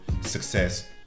success